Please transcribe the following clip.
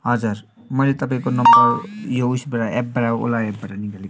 हजुर मैले तपाईँको नम्बर यो उयेसबाट एपबाट ओला एपबाट निकालेको